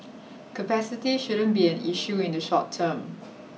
capacity shouldn't be an issue in the short term